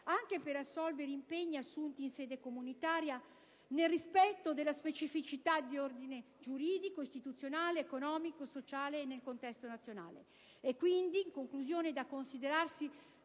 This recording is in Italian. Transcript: fine di assolvere agli impegni assunti in sede comunitaria nel rispetto delle specificità di ordine giuridico, istituzionale, economico e sociale del contesto nazionale. È quindi da considerare